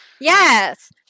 Yes